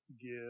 give